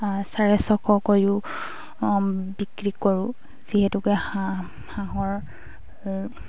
চাৰে চশ কৰিও বিক্ৰী কৰোঁ যিহেতুকে হাঁহ হাঁহৰ